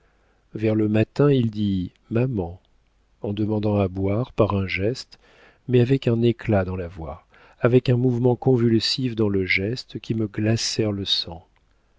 vers le matin il dit maman en demandant à boire par un geste mais avec un éclat dans la voix avec un mouvement convulsif dans le geste qui me glacèrent le sang